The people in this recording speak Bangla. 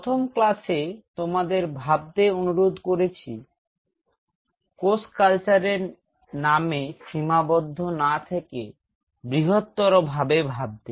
প্রথম ক্লাসে তোমাদের ভাবতে অনুরোধ করেছি কোষ কালচারের নামে সীমাবদ্ধ না থেকে বৃহত্তর ভাবে ভাবতে